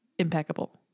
Impeccable